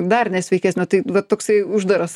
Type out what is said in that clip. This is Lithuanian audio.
dar nesveikesnio tai vat toksai uždaras